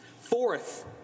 Fourth